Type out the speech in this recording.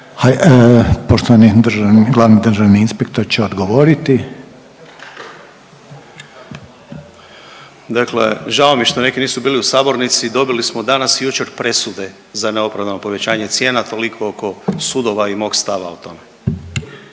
državni, glavni državni inspektor će odgovoriti. **Mikulić, Andrija (HDZ)** Dakle, žao mi je što neki nisu bili u sabornici, dobili smo danas i jučer presude za neopravdano povećanje cijena toliko oko sudova i mog stava o tome.